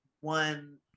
one